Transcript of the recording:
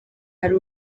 ari